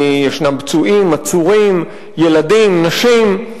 יש פצועים, עצורים, ילדים, נשים.